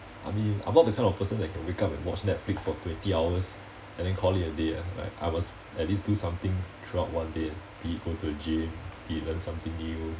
I mean I'm not the kind of person that can wake up and watch netflix for twenty hours and then call it a day ah like I must at least do something throughout one day be it go to gym be it learn something new